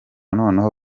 noneho